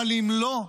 אבל אם לא,